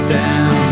down